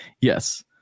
Yes